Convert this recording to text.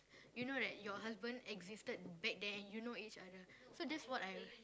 you know that your husband existed back then and you know each other so that's what I